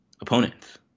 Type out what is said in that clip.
opponents